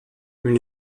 une